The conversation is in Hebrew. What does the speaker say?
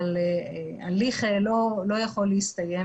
אבל הליך לא יכול להסתיים